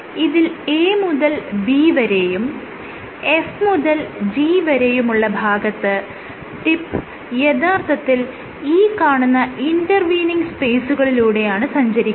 ഇതിൽ A മുതൽ B വരെയും F മുതൽ G വരെയുള്ള ഭാഗത്ത് ടിപ്പ് യഥാർത്ഥത്തിൽ ഈ കാണുന്ന ഇന്റർവീനിങ് സ്പേസുകളിലൂടെയാണ് സഞ്ചരിക്കുന്നത്